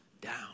down